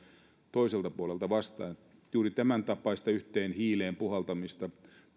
toiselta puolelta vastaan juuri tämän tapaista yhteen hiileen puhaltamista